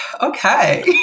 okay